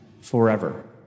forever